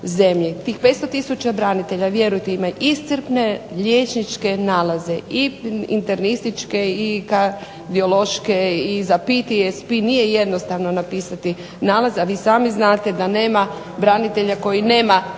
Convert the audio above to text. Tih 500 tisuća branitelja vjerujte ima iscrpne liječničke nalaze i internističke i kardiološke i za PTSP, nije jednostavno napisati nalaz, a vi sami znate da nema branitelja koji nema tako